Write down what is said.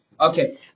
okay